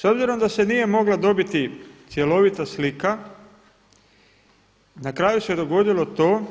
S obzirom da se nije moglo dobiti cjelovita slika, na kraju se dogodilo to